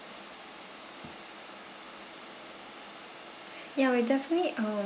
ya we definitely um